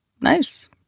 nice